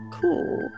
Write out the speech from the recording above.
cool